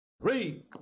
Read